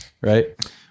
right